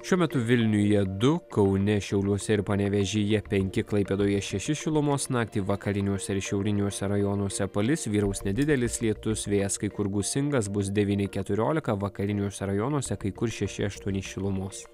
šiuo metu vilniuje du kaune šiauliuose ir panevėžyje penki klaipėdoje šeši šilumos naktį vakariniuose ir šiauriniuose rajonuose palis vyraus nedidelis lietus vėjas kai kur gūsingas bus devyni keturiolika vakariniuose rajonuose kai kur šeši aštuoni šilumos